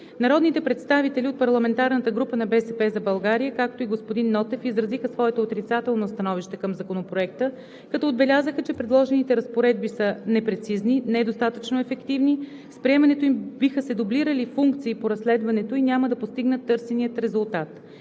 Народните представители от парламентарната група на „БСП за България“, както и господин Нотев, изразиха своето отрицателно становище към Законопроекта, като отбелязаха, че предложените разпоредби са непрецизни, недостатъчно ефективни, с приемането им биха се дублирали функции по разследването и няма да постигнат търсения резултат.